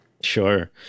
Sure